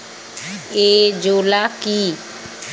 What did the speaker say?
Azolla কি?